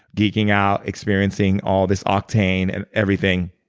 geeking out, experiencing all this octane, and everything.